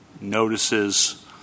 notices